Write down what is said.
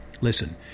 Listen